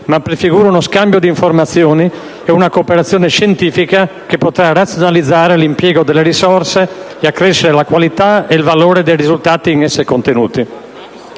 ma prefigura uno scambio di informazioni e una cooperazione scientifica che potrà razionalizzare l'impiego delle risorse e accrescere la qualità e il valore dei risultati in esse contenuti.